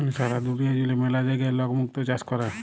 সারা দুলিয়া জুড়ে ম্যালা জায়গায় লক মুক্ত চাষ ক্যরে